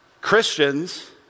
Christians